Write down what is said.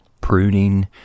pruning